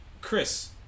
Chris